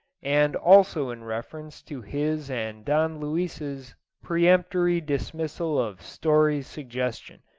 and also in reference to his and don luis's peremptory dismissal of story's suggestion,